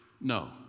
no